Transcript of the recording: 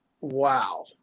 wow